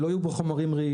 שלא יהיו בה חומרים רעילים.